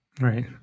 Right